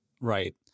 Right